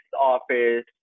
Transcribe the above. office